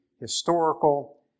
historical